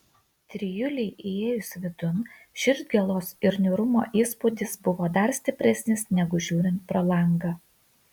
trijulei įėjus vidun širdgėlos ir niūrumo įspūdis buvo dar stipresnis negu žiūrint pro langą